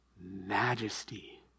majesty